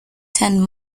ten